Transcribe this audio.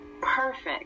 Perfect